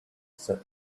said